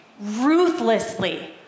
Ruthlessly